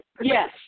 yes